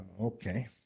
Okay